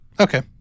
Okay